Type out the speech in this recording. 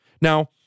Now